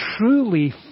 truly